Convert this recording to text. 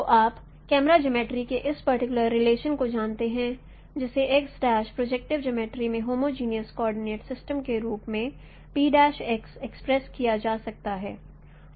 तो आप camera geometry के इस पर्टिकुलर रिलेशन को जानते हैं जिसे प्रोजेक्टिव जियोमर्ट्री में होमोजीनियस कोऑर्डिनेट सिस्टम के रूप में एक्सप्रेस किया जा सकता है